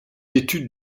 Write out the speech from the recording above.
études